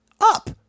up